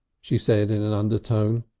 she said in an undertone.